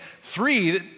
three